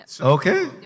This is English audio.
Okay